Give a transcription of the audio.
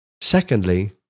Secondly